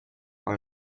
are